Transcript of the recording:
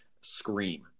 scream